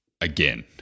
again